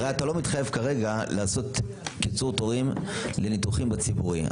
הרי אתה לא מתחייב כרגע לעשות קיצור תורים לניתוחים בציבורי.